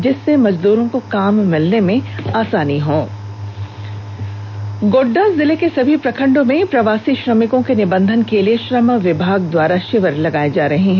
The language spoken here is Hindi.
जिससे मजदुरों को काम मिलने में आसानी होगी गोड़डा जिले के सभी प्रखंडो में प्रवासी श्रमिकों के निबंधन के लिए श्रम विभाग द्वारा शिविर लगाया जा रहा है